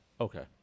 Okay